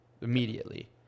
immediately